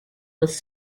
was